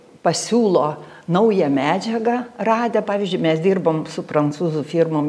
pasiūlo naują medžiagą radę pavyzdžiui mes dirbam su prancūzų firmom